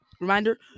reminder